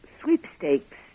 sweepstakes